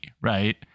right